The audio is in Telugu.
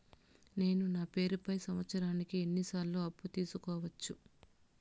నేను నా పేరుపై సంవత్సరానికి ఎన్ని సార్లు అప్పు తీసుకోవచ్చు?